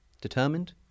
determined